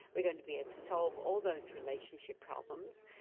we're going to be able to solve all those relationship problems.